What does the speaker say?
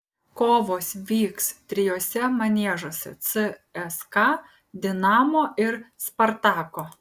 kovos vyks trijuose maniežuose cska dinamo ir spartako